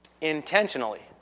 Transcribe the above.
Intentionally